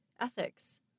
ethics